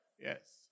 Yes